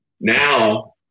now